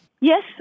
Yes